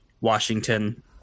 Washington